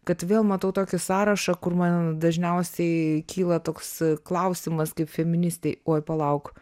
kad vėl matau tokį sąrašą kur man dažniausiai kyla toks klausimas kaip feministei oi palauk